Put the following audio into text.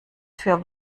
für